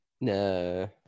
no